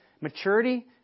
Maturity